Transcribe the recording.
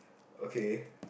okay